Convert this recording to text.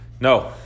No